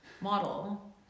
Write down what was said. model